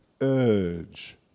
urge